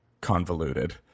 convoluted